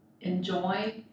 enjoy